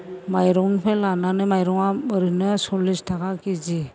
माइरंनिफ्राय लानानै माइरङा ओरैनो सल्लिस थाखा के जि